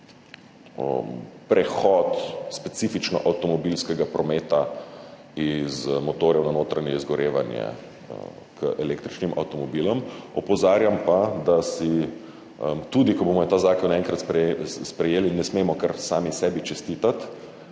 prehod specifično avtomobilskega prometa iz motorjev na notranje izgorevanje k električnim avtomobilom. Opozarjam pa, da si tudi ko bomo ta zakon enkrat sprejeli, ne smemo kar sami sebi čestitati,